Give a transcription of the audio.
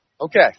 Okay